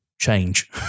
Change